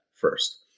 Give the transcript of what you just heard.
first